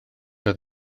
oedd